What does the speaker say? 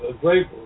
great